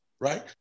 right